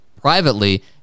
Privately